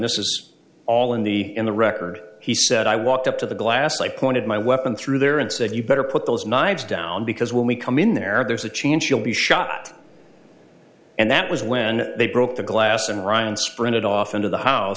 this is all in the in the record he said i walked up to the glass i pointed my weapon through there and said you better put those knives down because when we come in there there's a chance you'll be shot and that was when they broke the glass and ryan sprinted off into the house